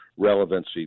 Relevancy